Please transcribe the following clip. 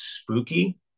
spooky